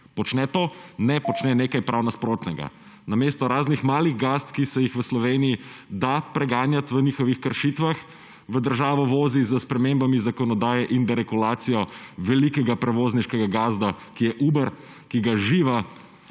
razprave/ Ne, počne nekaj prav nasprotnega. Namesto raznih malih gazd, ki se jih v Sloveniji da preganjat v njihovih kršitvah, v državo vozi z spremembami zakonodaje in / nerazumljivo/ velikega prevozniškega gazda, ki je Uber, ki ga živa